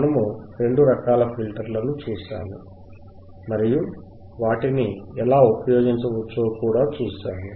మనము రెండు రకాల ఫిల్టర్లను చూశాము మరియు వాటిని ఎలా ఉపయోగించవచ్చో కూడా చూశాము